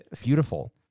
beautiful